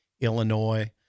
Illinois